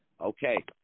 Okay